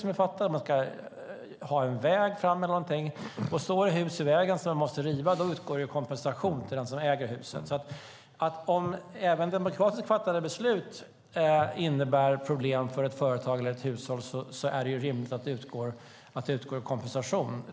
Om man till exempel ska dra fram en väg där hus som man måste riva står i vägen utgår kompensation till den som äger huset. Även om demokratiskt fattade beslut innebär problem för ett företag eller ett hushåll tycker jag rent allmänt att det är rimligt att det utgår kompensation.